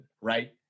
Right